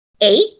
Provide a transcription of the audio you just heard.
eight